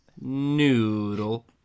noodle